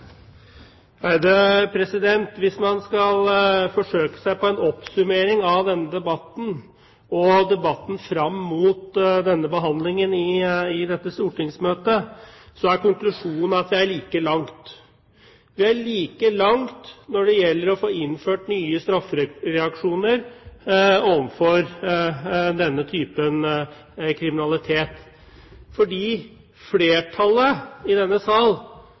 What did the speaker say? debatten frem mot behandlingen i dette stortingsmøtet, er konklusjonen at vi er like langt. Vi er like langt når det gjelder å få innført nye straffereaksjoner overfor denne typen kriminalitet. For flertallet i denne sal